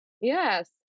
Yes